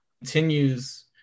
continues